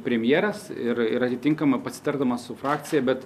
premjeras ir ir atitinkamai pasitardamas su frakcija bet